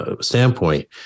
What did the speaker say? standpoint